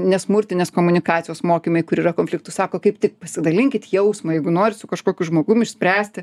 nesmurtinės komunikacijos mokymai kur yra konfliktų sako kaip tik pasidalinkit jausmą jeigu norit su kažkokiu žmogum išspręsti